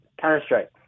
Counter-Strike